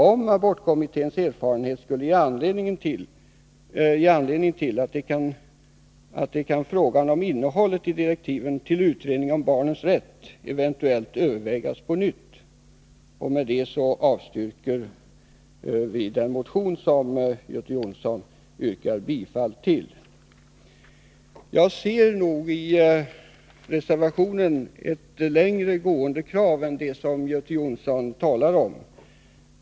Om abortkommitténs erfarenheter skulle ge anledning till det kan frågan om innehållet i direktiven till utredningen om barnens rätt eventuellt övervägas på nytt.” Med det avstyrker vi den motion som Göte Jonsson yrkar bifall till. Jagser nog reservationen ett längre gående krav än det som Göte Jonsson talar om.